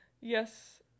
yes